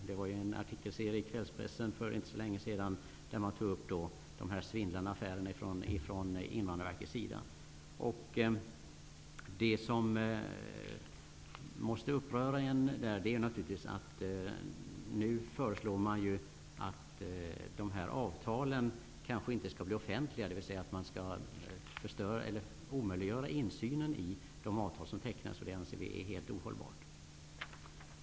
Det var en artikelserie i kvällspressen för inte så länge sedan där man tog upp Invandrarverkets svindlande affärer. Det som är upprörande är naturligtvis att man nu föreslår att de här avtalen kanske inte skall vara offentliga, dvs. att man skall omöjliggöra insyn i de avtal som tecknas. Vi anser att det är helt ohållbart.